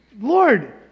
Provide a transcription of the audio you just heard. Lord